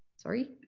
sorry.